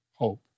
hope